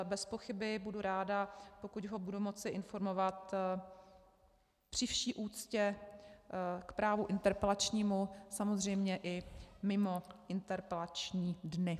Bezpochyby budu ráda, pokud ho budu moci informovat, při vší úctě k právu interpelačnímu, samozřejmě i mimo interpelační dny.